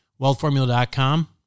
wealthformula.com